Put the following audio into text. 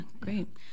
great